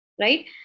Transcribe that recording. right